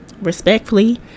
respectfully